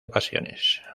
pasiones